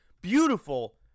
beautiful